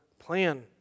plan